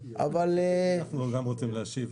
גם רוצים להשיב.